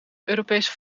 europese